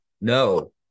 no